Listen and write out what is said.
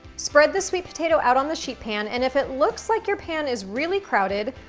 spread the sweet potato out on the sheet pan, and if it looks like your pan is really crowded,